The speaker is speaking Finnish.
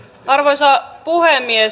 arvoisa puhemies